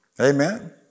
Amen